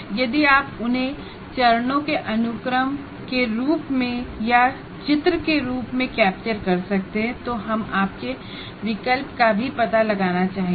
यदि आप उन्हें सीक्वेंस ऑफ स्टेप्स के रूप में या डायग्राम के रूप में कैप्चर कर सकते हैं तो हम आपके विकल्प का भी पता लगाना चाहेंगे